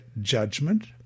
judgment